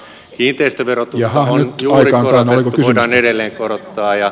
on nyt juuri korotettu voidaan edelleen korottaa